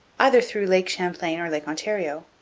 either through lake champlain or lake ontario.